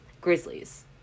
Grizzlies